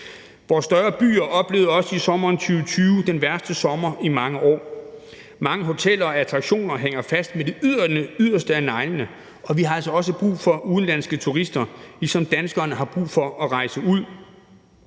Vores større byer oplevede også i sommeren 2020 den værste sommer i mange år. Mange hoteller og attraktioner hænger fast med det yderste af neglene, og vi har altså også brug for udenlandske turister, ligesom danskerne har brug for at rejse ud.